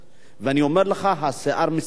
ואני אומר לך: השיער סומר פשוט.